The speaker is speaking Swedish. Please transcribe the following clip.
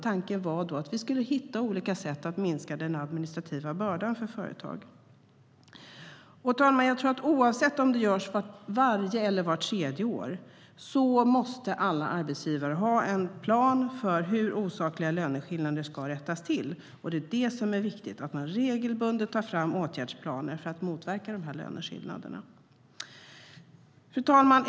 Tanken var att hitta olika sätt att minska den administrativa bördan för företag. Fru talman!